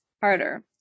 harder